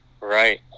right